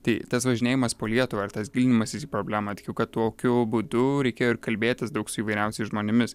tai tas važinėjimas po lietuvą ir tas gilinimasis į problemą tikiu kad tokiu būdu reikėjo ir kalbėtis daug su įvairiausiais žmonėmis